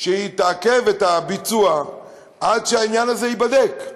שהיא תעכב את הביצוע עד שהעניין הזה ייבדק.